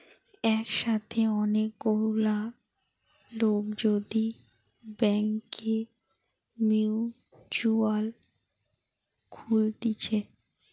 একসাথে অনেক গুলা লোক যদি ব্যাংকে মিউচুয়াল খুলতিছে